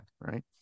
right